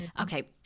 okay